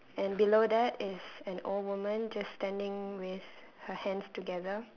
and below that is an old women just standing with her hands together